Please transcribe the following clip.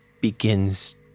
begins